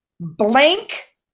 blank